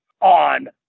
on